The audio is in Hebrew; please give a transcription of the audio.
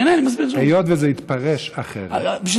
היות שזה התפרש אחרת, אני יודע.